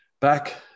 back